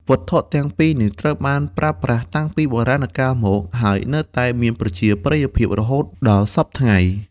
វត្ថុទាំងពីរនេះត្រូវបានប្រើប្រាស់តាំងពីបុរាណកាលមក ហើយនៅតែមានប្រជាប្រិយភាពរហូតដល់សព្វថ្ងៃ។